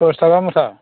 दस थाखा मुथा